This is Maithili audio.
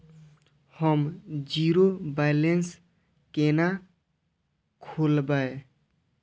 हम जीरो बैलेंस केना खोलैब?